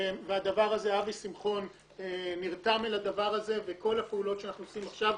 אבי שמחון נרתם לדבר הזה ולכל הפעולות שאנחנו עושים עכשיו.